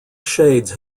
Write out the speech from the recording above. shades